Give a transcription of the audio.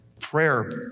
Prayer